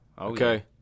Okay